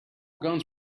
guns